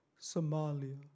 Somalia